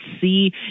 see